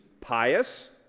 pious